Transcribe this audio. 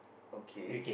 okay